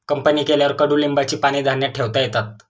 company केल्यावर कडुलिंबाची पाने धान्यात ठेवता येतात